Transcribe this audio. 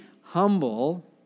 humble